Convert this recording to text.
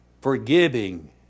forgiving